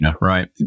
right